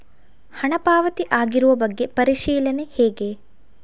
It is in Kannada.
ಹಣ ಪಾವತಿ ಆಗಿರುವ ಬಗ್ಗೆ ಪರಿಶೀಲನೆ ಹೇಗೆ?